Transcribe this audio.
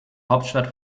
hauptstadt